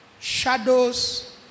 shadows